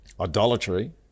idolatry